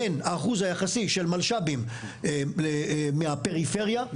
בין האחוז היחסי של מלש"בים מהפריפריה אגב,